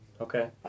Okay